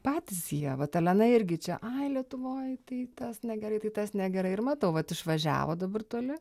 patys jie vat elena irgi čia ai lietuvoj tai tas negerai tai tas negerai ir matau vat išvažiavo dabar toli